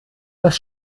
das